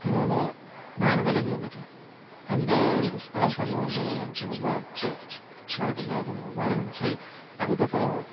அதனால் நானும் விலகி வந்துட்டேன் அந்த சம்பவங்கள் எனக்கு ரொம்ப மறக்க முடியாத சம்பவமாக இருந்துச்சு அதுக்கப்பறம்